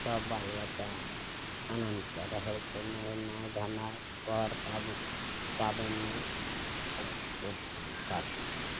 सब बाल बच्चा आनन्दसँ रहय छै नहेनाइ धोनाइ पर पब पाबनिमे कूद फान करय छै